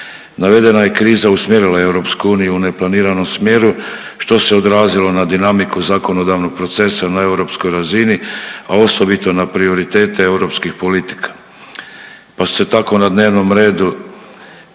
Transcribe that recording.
Navedena je kriza usmjerila EU u neplaniranom smjeru što se odrazilo na dinamiku zakonodavnog procesa na europskoj razini, a osobito na prioritete europskih politika, pa su se tako na dnevnom redu